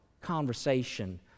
conversation